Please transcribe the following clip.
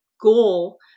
goal